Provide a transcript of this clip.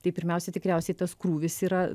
tai pirmiausia tikriausiai tas krūvis yra